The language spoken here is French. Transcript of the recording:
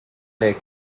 les